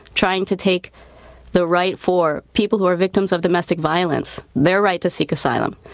trying to take the right for people who are victims of domestic violence, their right to seek asylum.